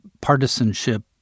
partisanship